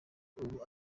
ubu